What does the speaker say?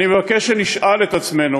אני מבקש שנשאל את עצמנו